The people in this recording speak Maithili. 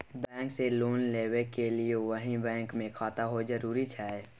बैंक से लोन लेबै के लेल वही बैंक मे खाता होय जरुरी छै?